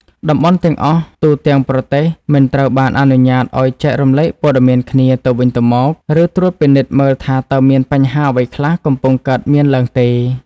តំបន់ទាំងអស់ទូទាំងប្រទេសមិនត្រូវបានអនុញ្ញាតឱ្យ ចែករំលែកព័ត៌មានគ្នា ទៅវិញទៅមក ឬត្រួតពិនិត្យមើលថាតើមានបញ្ហាអ្វីខ្លះកំពុងកើតមានឡើងទេ។